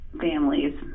families